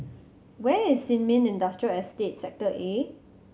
where is Sin Ming Industrial Estate Sector A